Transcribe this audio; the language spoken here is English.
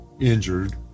injured